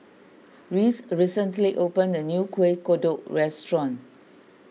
Reese recently opened a new Kueh Kodok restaurant